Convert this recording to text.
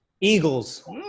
Eagles